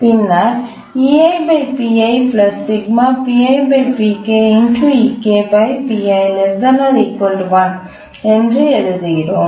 பின்னர் என்று எழுதுகிறோம்